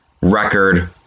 record